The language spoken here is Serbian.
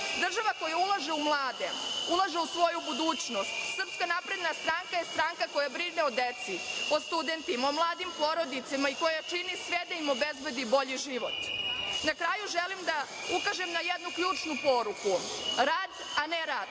Država koja ulaže u mlade, ulaže u svoju budućnost. Srpska napredna stranka je stranka koja brine o deci, o studentima, o mladim porodicama i koja čini sve da im obezbedi bolji život. Na kraju, želim da ukažem na jednu ključnu poruku. Rad, a ne rat.